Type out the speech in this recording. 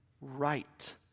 right